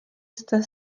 jste